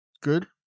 Good